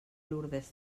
lourdes